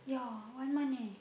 yeah one month eh